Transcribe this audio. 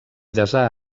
desar